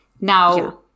Now